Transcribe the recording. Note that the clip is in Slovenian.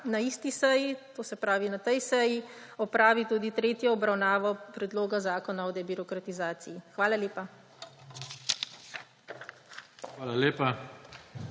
na isti seji, to se pravi na tej seji, opravi tudi tretjo obravnavo Predloga zakona o debirokratizaciji. Hvala lepa.